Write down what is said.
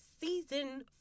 season